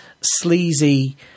sleazy